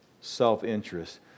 self-interest